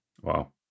Wow